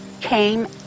came